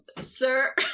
Sir